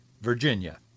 Virginia